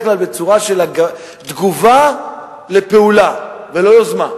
כלל בצורה של תגובה על פעולה ולא יוזמה.